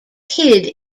hid